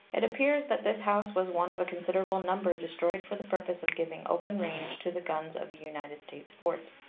it appears that this house was one of a considerable number destroyed for the purpose of giving open range to the guns of a united states fort.